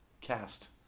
cast